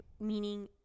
meaning